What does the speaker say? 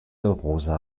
rosa